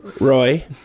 Roy